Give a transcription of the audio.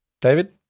David